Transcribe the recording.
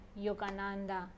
Yogananda